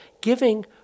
giving